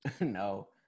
No